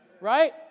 Right